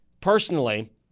personally